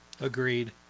Agreed